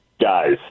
guys